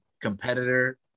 competitor